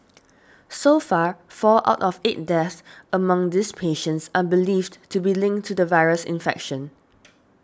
so far four out of eight deaths among these patients are believed to be linked to the virus infection